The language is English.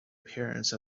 appearance